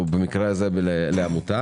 או במקרה הזה לעמותה,